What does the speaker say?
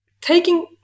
Taking